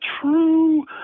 true